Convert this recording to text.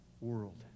world